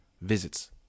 visits